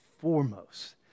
foremost